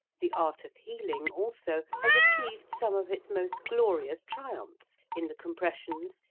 the art of healing also has achieved some of its most glorious triumphs in the compressions,